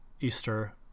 Easter